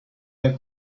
der